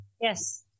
Yes